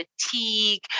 fatigue